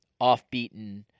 offbeaten